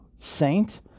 saint